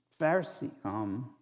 Pharisee